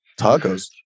Tacos